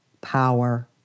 Power